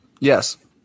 Yes